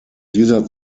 dieser